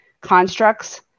constructs